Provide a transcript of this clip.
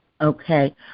okay